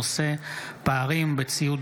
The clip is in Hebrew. מתן כהנא ושרון ניר בנושא: פערים בציוד